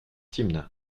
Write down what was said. hymne